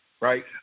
right